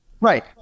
Right